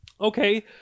Okay